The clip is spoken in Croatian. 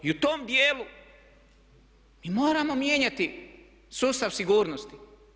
I u tom dijelu mi moramo mijenjati sustav sigurnosti.